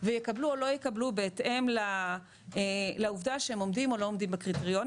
ויקבלו או לא יקבלו בהתאם לעובדה שהם עומדים או לא עומדים בקריטריונים.